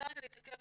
--- תעבור